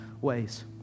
ways